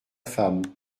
femme